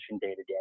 day-to-day